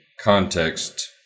context